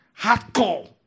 hardcore